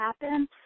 happen